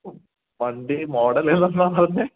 വണ്ടി മോഡലേതാന്നാണ് പറഞ്ഞത്